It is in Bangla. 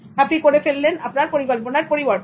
আপনি করে ফেললেন আপনার পরিকল্পনার পরিবর্তন